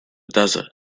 desert